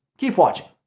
keep watching.